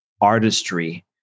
artistry